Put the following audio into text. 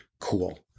cool